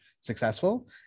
successful